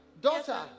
daughter